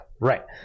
right